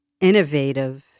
innovative